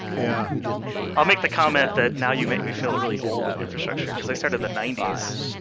yeah i'll make the comment that now you make me feel really old in infrastructure, because i started the ninety s.